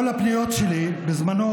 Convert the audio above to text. כל הפניות שלי בזמנו,